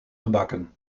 gebakken